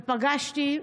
ופגשתי,